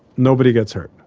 nobody gets hurt.